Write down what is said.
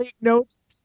notes